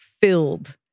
filled